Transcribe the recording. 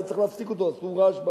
היה צריך להפסיק אותו, עשו רעש בחוץ.